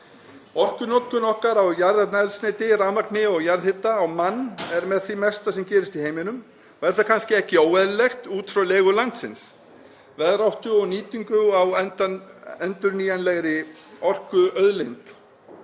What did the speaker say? Orkunotkun okkar á jarðefnaeldsneyti, rafmagni og jarðhita á mann er með því mesta sem gerist í heiminum og er það kannski ekki óeðlilegt út frá legu landsins, veðráttu og nýtingu á endurnýjanlegri orkuauðlind,